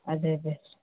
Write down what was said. అదే అదే